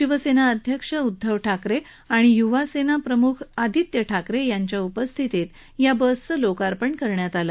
शिवसेना अध्यक्ष उद्दव ठाकरे आणि युवा सेना प्रमुख आदित्य ठाकरे यांच्या उपस्थितीत या बसचं लोकार्पण करण्यात आलं